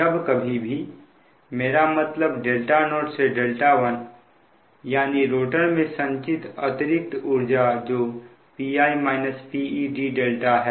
जब कभी भी मेरा मतलब δ0 से δ1 यानी रोटर में संचित अतिरिक्त ऊर्जा जो Pi - Pe dδ है